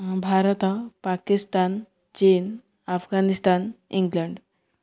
ଭାରତ ପାକିସ୍ତାନ ଚୀନ୍ ଆଫଗାନିସ୍ତାନ ଇଂଲଣ୍ଡ